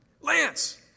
Lance